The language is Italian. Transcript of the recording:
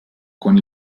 con